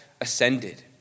ascended